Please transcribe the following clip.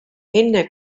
enne